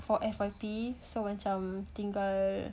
for F_Y_P so macam tinggal